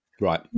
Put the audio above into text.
right